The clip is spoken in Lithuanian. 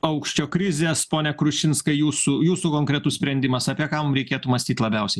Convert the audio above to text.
aukščio krizės pone krušinskai jūsų jūsų konkretus sprendimas apie ką mum reikėtų mąstyt labiausiai